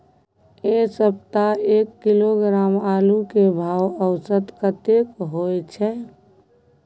ऐ सप्ताह एक किलोग्राम आलू के भाव औसत कतेक होय छै?